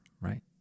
right